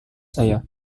saya